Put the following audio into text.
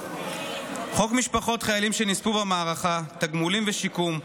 חוק משפחות חיילים שנספו במערכה (תגמולים ושיקום),